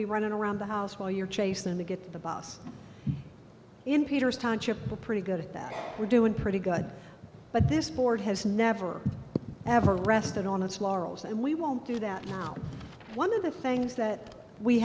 be running around the house while you're chasing to get the bus in peter's township but pretty good at that we're doing pretty good but this board has never ever rested on its laurels and we won't do that now one of the things that we